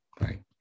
Right